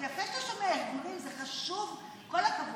אז יפה שאתה שומע ארגונים, זה חשוב, כל הכבוד.